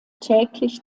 täglich